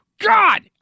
God